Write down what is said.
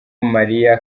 mariah